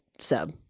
sub